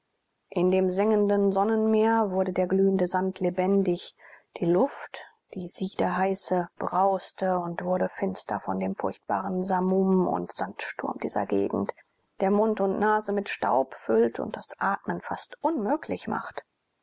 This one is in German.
in dem sengenden sonnenmeer wurde der glühende sand lebendig die luft die siedeheiße brauste und wurde finster von dem furchtbaren samum und sandsturm dieser gegend der mund und nase mit staub füllt und das atmen fast unmöglich macht